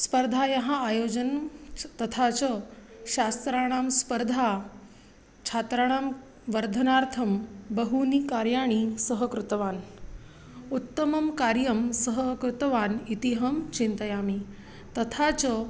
स्पर्धायाः आयोजनं च तथा च शास्त्राणां स्पर्धा छात्राणां वर्धनार्थं बहूनि कार्याणि सह कृतवान् उत्तमं कार्यं सः कृतवान् इति अहं चिन्तयामि तथा च